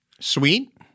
Sweet